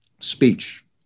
speech